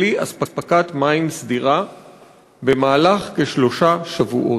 בלי אספקת מים סדירה במהלך כשלושה שבועות.